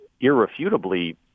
irrefutably